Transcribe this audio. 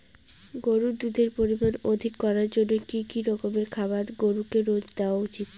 গরুর দুধের পরিমান অধিক করার জন্য কি কি রকমের খাবার গরুকে রোজ দেওয়া উচিৎ?